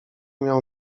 miał